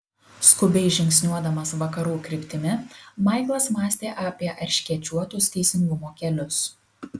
skubiai žingsniuodamas vakarų kryptimi maiklas mąstė apie erškėčiuotus teisingumo kelius